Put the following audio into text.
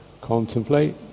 contemplate